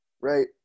right